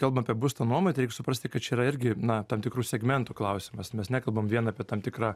kalbam apie būsto nuomą tai reik suprasti kad čia yra irgi na tam tikrų segmentų klausimas mes nekalbam vien apie tam tikrą